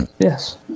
Yes